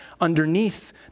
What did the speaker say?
underneath